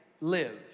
live